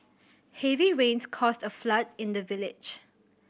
heavy rains caused a flood in the village